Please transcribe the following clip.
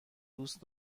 دوست